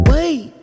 Wait